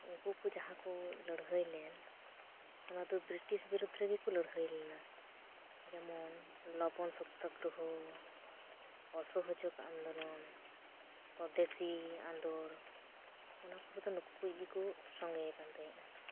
ᱩᱱᱠᱩ ᱠᱚ ᱡᱟᱦᱟᱸ ᱠᱚ ᱞᱟᱹᱲᱦᱟᱹᱭ ᱞᱮᱱ ᱚᱱᱟ ᱫᱚ ᱵᱨᱤᱴᱤᱥ ᱵᱤᱨᱩᱫᱽ ᱨᱮᱜᱮ ᱠᱚ ᱞᱟᱹᱲᱦᱟᱹᱭ ᱞᱮᱱᱟ ᱡᱮᱢᱚᱱ ᱞᱚᱵᱚᱱ ᱥᱚᱛᱛᱟᱜᱨᱚᱦᱚ ᱚᱥᱚᱦᱚᱡᱳᱜᱽ ᱟᱱᱫᱳᱞᱚᱱ ᱥᱚᱫᱮᱥᱤ ᱟᱸᱫᱳᱲ ᱚᱱᱟ ᱠᱚᱨᱮ ᱫᱚ ᱱᱩᱠᱩ ᱠᱚᱜᱮ ᱠᱚ ᱥᱳᱸᱜᱮᱭ ᱠᱟᱱ ᱛᱟᱦᱮᱸᱫᱼᱟ